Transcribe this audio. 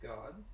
God